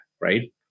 right